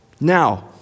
Now